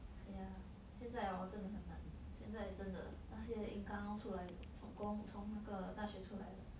yeah 现在 hor 真的很难现在真的那些应刚刚出来从工从那个大学出来的